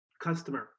customer